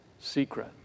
secret